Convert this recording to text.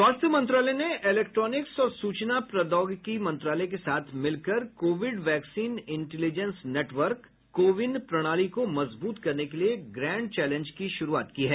स्वास्थ्य मंत्रालय ने इलेक्ट्रॉनिक्स और सूचना प्रौद्योगिकी मंत्रालय के साथ मिलकर covid vaccine intelligence network CoWIN प्रणाली को मजबूत करने के लिए ग्रैंड चैलेंज की शुरूआत की है